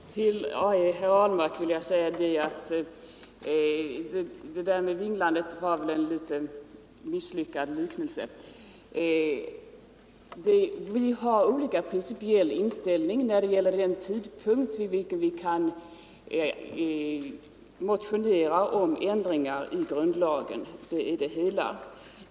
Herr talman! Till herr Ahlmark vill jag säga att det där med vinglandet var väl en litet misslyckad liknelse. Vi har olika principiell inställning när det gäller den tidpunkt vid vilken vi kan motionera om frågor i grundlagen — det är det hela.